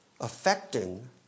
affecting